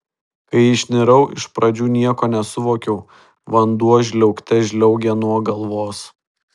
kai išnirau iš pradžių nieko nesuvokiau vanduo žliaugte žliaugė nuo galvos